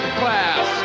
class